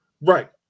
right